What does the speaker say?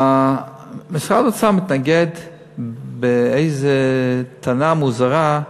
משרד האוצר מתנגד באיזו טענה מוזרה,